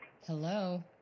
Hello